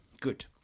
good